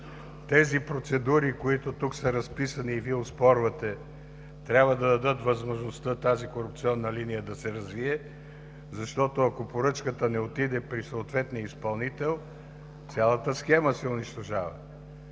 Процедурите, които тук са разписани и Вие оспорвате, трябва да дадат възможността тази корупционна линия да се развие, защото ако поръчката не отиде при съответния изпълнител, цялата схема се унищожава.